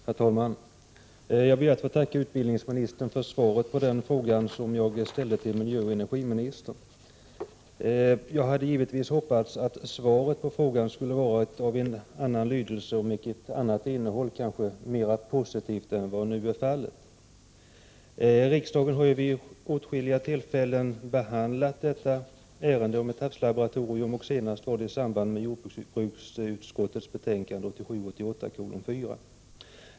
Herr talman! Jag ber att få tacka utbildningsministern för svaret på den fråga som jag ställde till miljöoch energiministern. Jag hade givetvis hoppats att svaret på frågan skulle ha varit av en annan lydelse och haft ett annat innehåll, kanske ett mera positivt innehåll än vad nu var fallet. Riksdagen har vid åtskilliga tillfällen behandlat detta ärende om ett havslaboratorium. Senast skedde det i samband med jordbruksutskottets betänkande 1987/88:4.